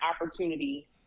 opportunity